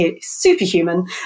superhuman